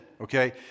okay